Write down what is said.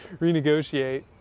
renegotiate